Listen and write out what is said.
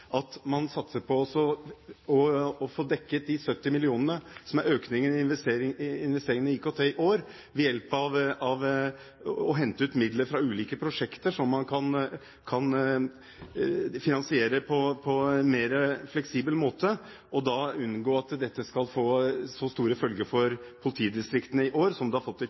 at man satser på å få dekket de 70 mill. kr som er økningen i investeringer i IKT i år, ved hjelp av å hente ut midler fra ulike prosjekter som man kan finansiere på en mer fleksibel måte, og da unngå at dette skal få så store følger for politidistriktene i år som det fikk i fjor. Mye i de